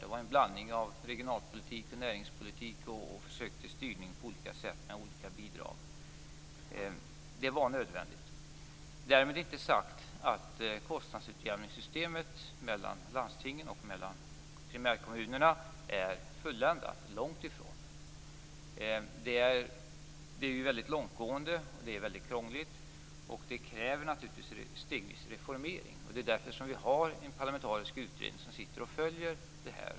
Det var en blandning av regionalpolitik och näringspolitik och försök till styrning på olika sätt med olika bidrag. Det var nödvändigt att införa ett kostnadsutjämningssystem. Därmed inte sagt att det system som finns för utjämning mellan landstingen och primärkommunerna är fulländat - långt ifrån. Det är väldigt långtgående och väldigt krångligt, och det kräver naturligtvis en stegvis reformering. Det är därför vi har en parlamentarisk utredning som följer det här.